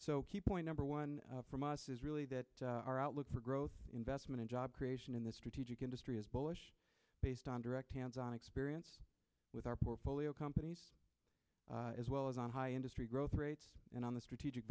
so key point number one from us is really that our outlook for growth investment in job creation in the strategic industry is bullish based on direct hands on experience with our portfolio companies as well as on high industry growth rates and on the strategic